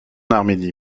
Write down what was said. arménie